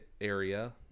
area